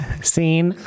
scene